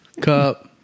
Cup